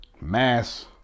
Mass